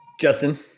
Justin